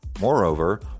Moreover